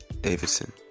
Davidson